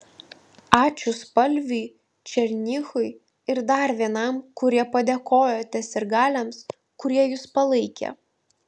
ačiū spalviui černychui ir dar vienam kurie padėkojote sirgaliams kurie jus palaikė